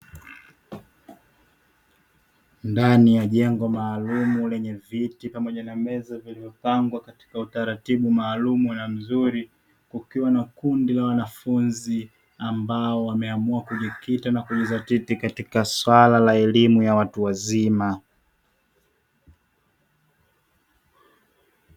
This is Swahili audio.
Ndani ya jengo maalumu lenye viti pamoja na meza zilizopangwa katika utaratibu maalumu na mzuri, kukiwa na kundi la wanafunzi ambao wameamua kujikita na kujizatiti katika suala la elimu ya watu wazima.